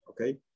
okay